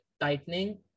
tightening